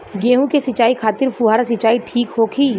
गेहूँ के सिंचाई खातिर फुहारा सिंचाई ठीक होखि?